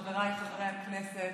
חבריי חברי הכנסת,